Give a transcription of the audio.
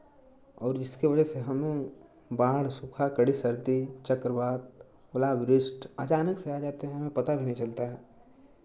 और जिसके वजह से हमें बाढ़ सूखा कड़ी सर्दी चक्रवात ओला वृष्टि अचानक से आ जाते हैं हमें पता भी नहीं चलता है